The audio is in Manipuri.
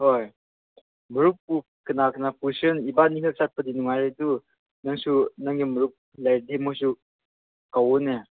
ꯍꯣꯏ ꯃꯔꯨꯞꯄꯨ ꯀꯅꯥ ꯀꯅꯥ ꯄꯨꯁꯤꯔꯥ ꯏꯕꯥꯅꯤ ꯈꯛ ꯆꯠꯄꯗꯤ ꯅꯨꯡꯉꯥꯏꯔꯣꯏ ꯑꯗꯨ ꯅꯪꯁꯨ ꯅꯪꯒꯤ ꯃꯔꯨꯞ ꯂꯩꯔꯗꯤ ꯃꯣꯏꯁꯨ ꯀꯧꯋꯣꯅꯦ